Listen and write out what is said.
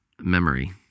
memory